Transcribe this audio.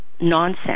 nonsense